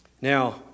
Now